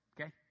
Okay